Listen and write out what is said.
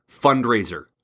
fundraiser